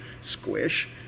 squish